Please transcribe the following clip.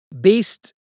Based